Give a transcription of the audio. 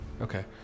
Okay